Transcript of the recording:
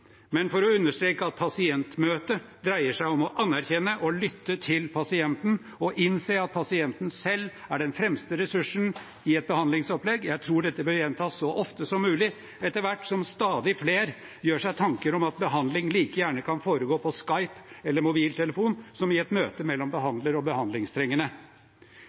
men for å understreke at pasientmøtet dreier seg om å anerkjenne og lytte til pasienten, å innse at pasienten selv er den fremste ressursen i et behandlingsopplegg. Jeg tror dette bør gjentas så ofte som mulig etter hvert som stadig flere gjør seg tanker om at behandling like gjerne kan foregå på Skype eller mobiltelefon som i et møte mellom behandler og behandlingstrengende.